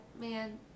man